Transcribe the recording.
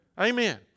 Amen